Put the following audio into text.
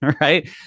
right